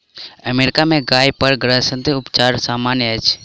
America में गाय पर ग्रंथिरस उपचार सामन्य अछि